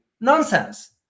nonsense